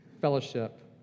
fellowship